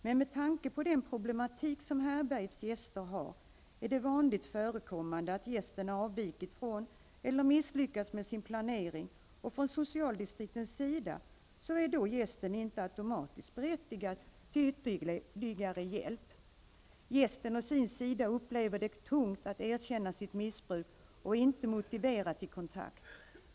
Men med tanke på den problematik som härbärgets gäster har är det vanligt förekommande att gästen avvikit från eller misslyckats med sin planering, och från socialdistriktets sida är då gästen inte automatiskt berättigad till ytterligare hjälp. Gästen å sin sida upplever det tungt att erkänna sitt missbruk och är inte motiverad till kontakt.